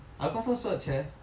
I confirm